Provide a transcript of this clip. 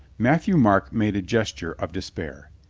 matthieu-marc made a gesture of despair.